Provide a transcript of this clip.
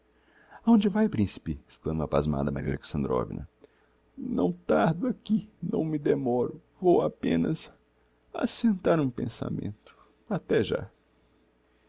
aonde vae principe exclama pasmada maria alexandrovna não tardo aqui não me demoro vou apenas assentar um pensamento até já